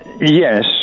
Yes